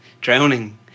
drowning